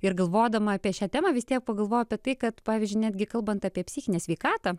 ir galvodama apie šią temą vis tiek pagalvojau apie tai kad pavyzdžiui netgi kalbant apie psichinę sveikatą